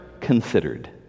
considered